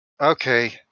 Okay